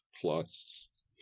plus